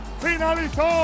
finalizó